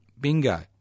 Bingo